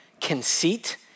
conceit